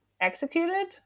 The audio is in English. executed